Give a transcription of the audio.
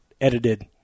edited